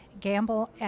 gamble